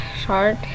short